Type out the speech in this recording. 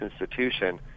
institution